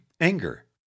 anger